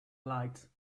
light